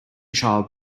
child